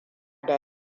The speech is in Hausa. da